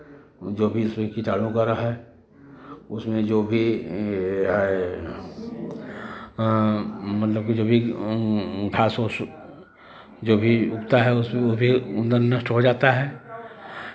जो भी इसमें किटाणु वगैरा है उसमें जो भी है मतलब कि जो भी घास ओस जो भी उगता है उसमें वो भी उधर नष्ट हो जाता है